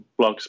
blogs